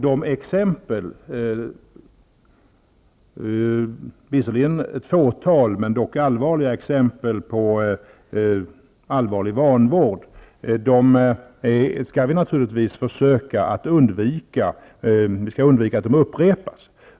Det har visserligen förekommit ett fåtal exempel på allvarlig vanvård, och vi skall naturligtvis försöka undvika att de upprepas.